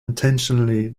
intentionally